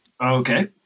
Okay